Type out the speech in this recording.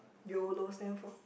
Yolo stands for